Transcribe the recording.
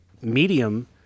medium